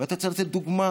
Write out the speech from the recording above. ואתה צריך לתת דוגמה.